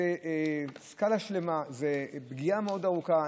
זו סקאלה שלמה, זו פגיעה ארוכה מאוד.